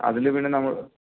അതില് പിന്നെ നമ്മൾ